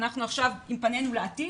ואנחנו עכשיו פנינו לעתיד,